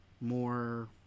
more